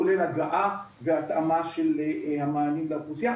כולל הגעה והתאמה של המענים לאוכלוסייה.